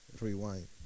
rewind